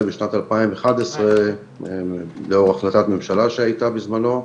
בשנת 2011 לאור החלטת ממשלה שהייתה בזמנו.